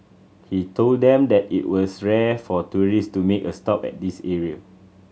he told them that it was rare for tourist to make a stop at this area